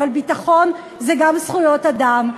אבל ביטחון זה גם זכויות אדם,